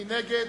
מי נגד?